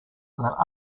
that